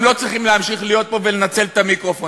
אני תוך חצי דקה מגיע לזה.